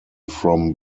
from